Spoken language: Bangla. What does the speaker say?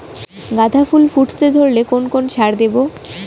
গাদা ফুল ফুটতে ধরলে কোন কোন সার দেব?